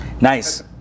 Nice